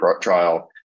trial